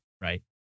right